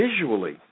visually